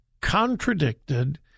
contradicted